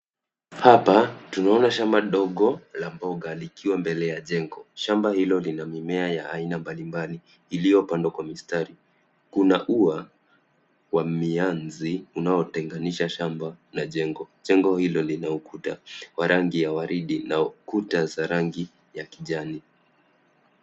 Hapa tunaona shamba dogo la mboga likiwa mbele ya jengo. Shamba hilo lina mimea ya aina mbalimbali iliyopandwa kwa mistari. Kuna ua wa mianzi unaotenganisha shamba na jengo. Jengo hilo lina ukuta wa rangi ya waridi na kuta za rangi ya kijani.